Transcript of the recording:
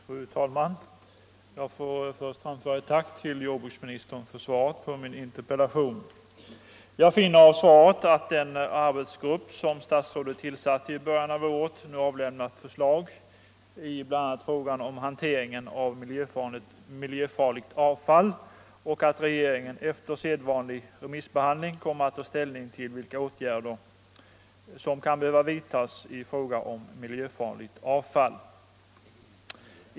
Fru talman! Jag får först framföra ett tack till jordbruksministern för svaret på min interpellation. Jag finner av svaret att den arbetsgrupp som statsrådet tillsatte i början av året nu avlämnat förslag i bl.a. frågan om hanteringen av miljöfarligt avfall och att regeringen, efter sedvanlig remissbehandling, kommer att ta ställning till vilka ytterligare åtgärder som kan behöva vidtas i fråga om miljöfarligt avfall.